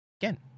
Again